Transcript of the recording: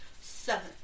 Seven